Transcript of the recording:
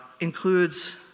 includes